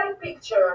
picture